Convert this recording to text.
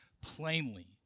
plainly